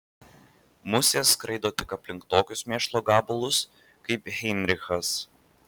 musės skraido tik aplink tokius mėšlo gabalus kaip heinrichas